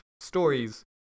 stories